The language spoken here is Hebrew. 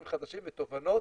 שהם אתגרים חדשים ותובנות